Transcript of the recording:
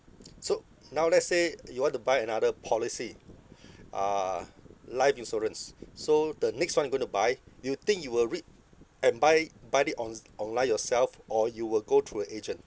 so now let's say you want to buy another policy uh life insurance so the next one you going to buy you think you will read and buy buy it on~ online yourself or you will go through a agent